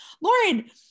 Lauren